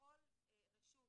בכל רשות,